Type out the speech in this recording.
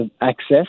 access